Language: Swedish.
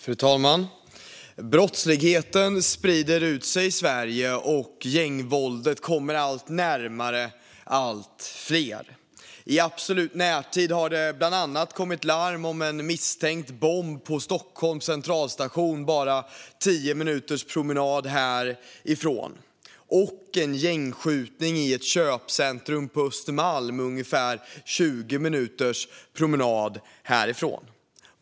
Fru talman! Brottsligheten sprider sig i Sverige, och gängvåldet kommer allt närmare allt fler. I absolut närtid har det bland annat kommit larm om en misstänkt bomb på Stockholms Centralstation, bara 10 minuters promenad härifrån, och om en gängskjutning i ett köpcentrum på Östermalm, ungefär 20 minuters promenad härifrån.